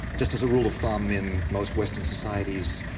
just as a rule of thumb, in most western societies,